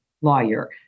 lawyer